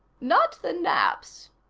not the naps,